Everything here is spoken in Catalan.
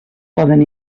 poden